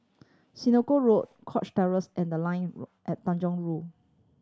Senoko Road Cox Terrace and The Line at Tanjong Rhu